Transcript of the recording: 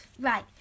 Right